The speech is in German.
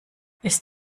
ist